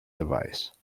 device